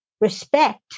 respect